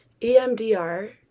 EMDR